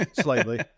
slightly